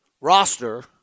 roster